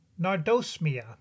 Nardosmia